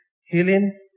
healing